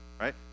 right